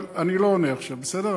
אבל אני לא עונה עכשיו, בסדר?